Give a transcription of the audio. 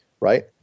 right